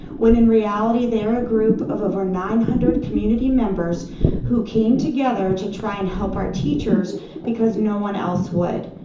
when in reality they are a group of over nine hundred community members who came together to try to and help our teachers because no one else would.